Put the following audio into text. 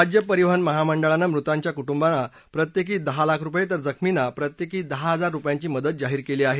राज्य परिवहन महामंडळानं मृतांच्या कुटुंबांना प्रत्येकी दहा लाख रुपये तर जखमींना प्रत्येकी दहा हजार रुपयांची मदत जाहीर केली आहे